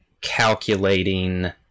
calculating